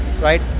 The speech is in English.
right